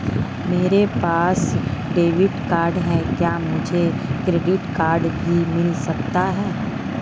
मेरे पास debit card है क्या मुझे क्रेडिट कार्ड भी मिल सकता है?